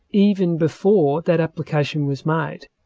even before that application was made.